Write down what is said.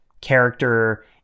character